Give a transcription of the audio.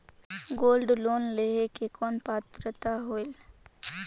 Gold loan लेहे के कौन पात्रता होएल?